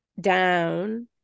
down